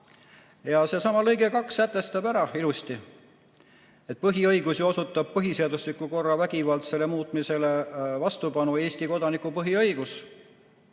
Seesama lõige 2 sätestab ilusti, et põhiõigusi osutab põhiseadusliku korra vägivaldsele muutmisele vastupanu Eesti kodaniku põhiõigus.